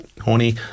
horny